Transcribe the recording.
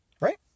Right